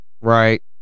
Right